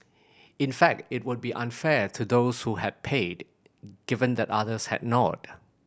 in fact it would be unfair to those who had paid given that others had not